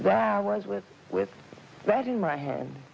that was with with that in my hand